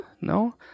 no